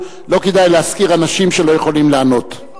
לא כדאי להזכיר אנשים שלא יכולים לענות.